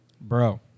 Bro